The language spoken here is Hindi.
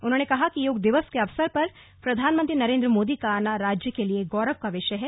उन्होंने कहा कि योग दिवस के अवसर पर प्रधानमंत्री नरेंद्र मोदी का आना राज्य के लिए गौरव का विषय है